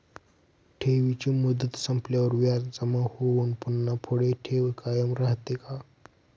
ठेवीची मुदत संपल्यावर व्याज जमा होऊन पुन्हा पुढे ठेव कायम राहते का?